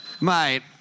mate